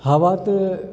हवा तऽ